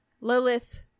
Lilith